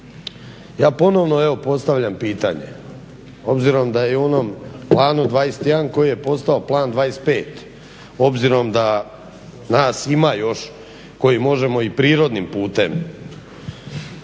ja ponovno evo postavljam pitanje, obzirom da je u onom Planu 21 koji je postao Plan 25, obzirom da nas ima još koji možemo i prirodnim putem